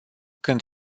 când